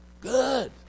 Good